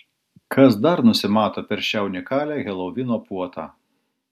kas dar nusimato per šią unikalią helovino puotą